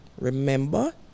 remember